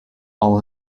all